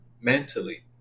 mentally